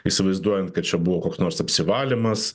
įsivaizduojant kad čia buvo kok nors apsivalymas